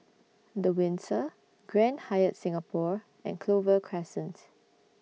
The Windsor Grand Hyatt Singapore and Clover Crescent